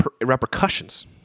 repercussions